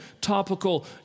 topical